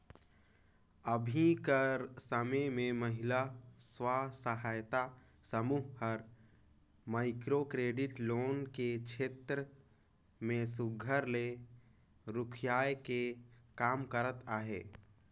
अभीं कर समे में महिला स्व सहायता समूह हर माइक्रो क्रेडिट लोन के छेत्र में सुग्घर ले रोखियाए के काम करत अहे